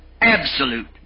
absolute